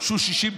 הוגשו 60 תלונות.